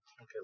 Okay